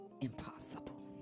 impossible